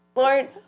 Lord